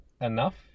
enough